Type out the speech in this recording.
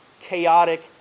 chaotic